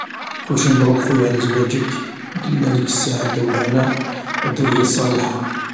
كلشي مبروك خويا على زواجك، نتمنالك السعادة و الهناء و الذرية الصالحة.